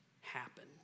happen